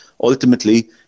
ultimately